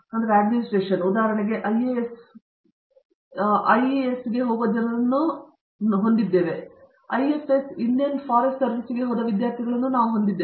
ನಾವು ಐಎಎಸ್ ಐಇಎಸ್ಗೆ ಹೋಗುವ ಜನರನ್ನು ಹೊಂದಿದ್ದೇವೆ ಐಎಫ್ಎಸ್ ಇಂಡಿಯನ್ ಫಾರೆಸ್ಟ್ ಸರ್ವೀಸ್ಗೆ ಹೋದ ವಿದ್ಯಾರ್ಥಿಗಳನ್ನು ನಾವು ಹೊಂದಿದ್ದೇವೆ